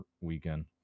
weekend